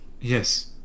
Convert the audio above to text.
Yes